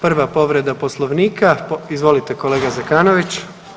Prva povreda Poslovnika, izvolite kolega Zekanović.